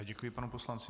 Děkuji panu poslanci.